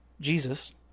Jesus